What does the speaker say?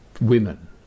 women